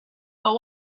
but